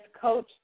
coach